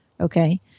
Okay